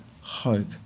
hope